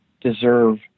deserve